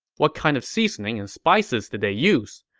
what kind of seasoning and spices did they use?